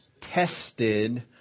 tested